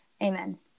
Amen